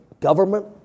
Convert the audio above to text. government